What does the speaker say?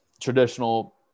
traditional